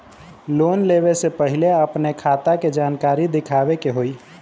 Loan लेवे से पहिले अपने खाता के जानकारी दिखावे के होई?